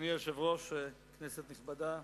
אדוני היושב-ראש, כנסת נכבדה,